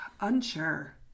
Unsure